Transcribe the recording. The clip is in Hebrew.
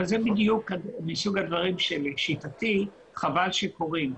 זה בדיוק מסוג הדברים שלשיטתי חבל שקורים,